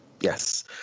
Yes